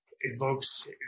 evokes